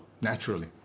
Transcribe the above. naturally